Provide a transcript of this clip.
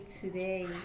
today